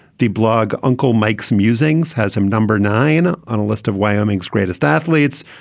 the blog uncle mike's musings has him number nine on a list of wyoming's greatest athletes.